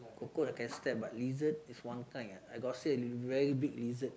cockroach I can step but lizard is one kind I got see a very big lizard